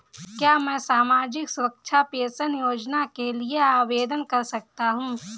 क्या मैं सामाजिक सुरक्षा पेंशन योजना के लिए आवेदन कर सकता हूँ?